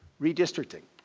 redistricting.